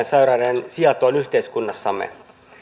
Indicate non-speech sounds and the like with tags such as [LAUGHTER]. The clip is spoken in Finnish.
[UNINTELLIGIBLE] sairauden sietoon yhteiskunnassamme